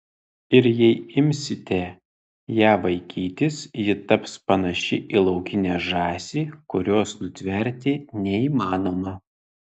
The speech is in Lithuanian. ir jei imsite ją vaikytis ji taps panaši į laukinę žąsį kurios nutverti neįmanoma